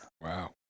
Wow